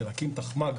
של להקים תחמ"ג